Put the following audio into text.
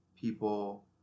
people